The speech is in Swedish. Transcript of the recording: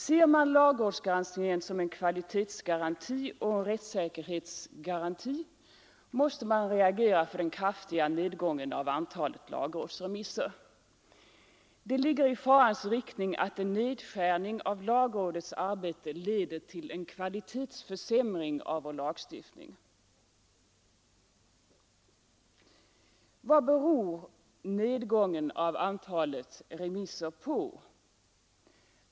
Ser man lagrådsgranskningen som en kvalitetsoch rättssäkerhetsgaranti måste man reagera mot denna kraftiga nedgång av antalet lagrådsremisser. Det ligger i farans riktning att en nedskärning av lagrådets arbete leder till en kvalitetsförsämring av vår lagstiftning. Vad beror nedgången av antalet remisser på?